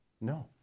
No